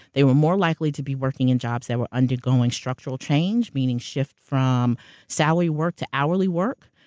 they were more likely to be working in jobs that were undergoing structural change, meaning shifting from salary work to hourly work.